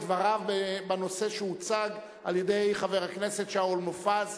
דבריו בנושא שהוצג על-ידי חבר הכנסת שאול מופז,